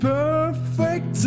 perfect